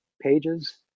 pages